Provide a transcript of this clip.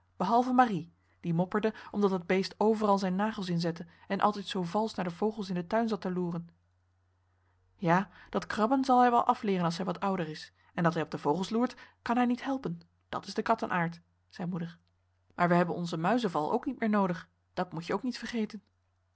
behalve marie die mopperde omdat dat beest overal zijn nagels inzette en altijd zoo valsch naar de vogels in den tuin zat te loeren ja dat krabben zal hij wel afleeren als hij wat ouder is en dat hij op de vogels loert kan hij niet helpen dat is de kattenaard zei moeder maar we hebben onzen muizenval ook niet meer noodig dat moet je ook niet vergeten